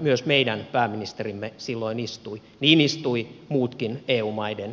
myös meidän pääministerimme silloin istui niin istuivat muutkin eu maiden johtajat